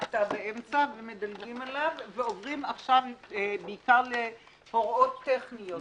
ונקטע באמצע ומדלגים עליו ועוברים עכשיו בעיקר להוראות טכניות,